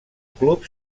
club